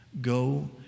go